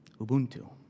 Ubuntu